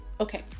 okay